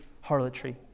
harlotry